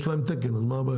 יש לו תקן, מה הבעיה?